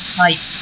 type